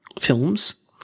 films